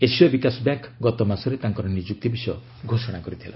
ଏସୀୟ ବିକାଶ ବ୍ୟାଙ୍କ୍ ଗତ ମାସରେ ତାଙ୍କର ନିଯୁକ୍ତି ବିଷୟ ଘୋଷଣା କରିଥିଲା